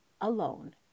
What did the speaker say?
alone